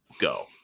go